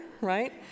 right